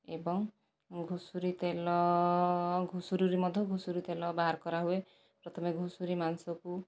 ଏବଂ ଘୁଷୁରୀ ତେଲ ଘୁଷୁରୀରୁ ମଧ୍ୟ ଘୁଷୁରୀ ତେଲ ବାହାର କରାହୁଏ ପ୍ରଥମେ ଘୁଷୁରୀ ମାଂସକୁ